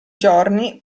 giorni